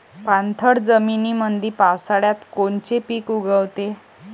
पाणथळ जमीनीमंदी पावसाळ्यात कोनचे पिक उगवते?